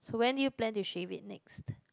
so when did you plan to shave it next